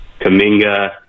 Kaminga